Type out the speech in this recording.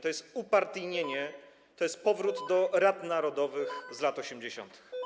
To jest upartyjnienie, to jest powrót do rad narodowych z lat 80.